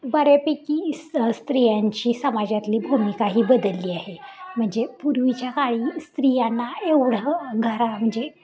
बऱ्यापैकी स्त्रियांची समाजातली भूमिका ही बदलली आहे म्हणजे पूर्वीच्या काळी स्त्रियांना एवढं घरा म्हणजे